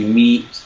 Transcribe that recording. meet